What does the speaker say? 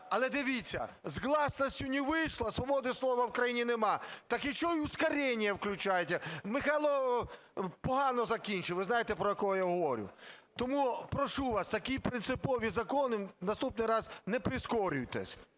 але, дивіться, с гласностью не вышло, свободи слова в країні немає, так еще и ускорение включаете. Михайло погано закінчив, ви знаєте, про якого я говорю. Тому прошу вас такі принципові закони в наступний раз… Не прискорюйтесь.